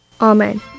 Amen